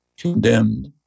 condemned